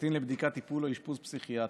קטין לבדיקה, טיפול או אשפוז פסיכיאטרי.